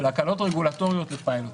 של הקלות רגולטוריות לפיילוטים.